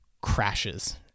crashes